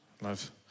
love